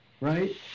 right